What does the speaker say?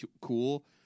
cool